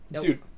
dude